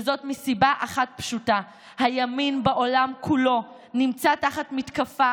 וזאת מסיבה אחת פשוטה: הימין בעולם כולו נמצא תחת מתקפה,